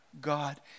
God